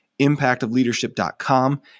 Impactofleadership.com